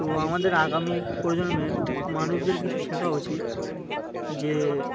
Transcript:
তো আমাদের আগামী প্রজন্মের মানুষদের কিছু শেখা উচিত যে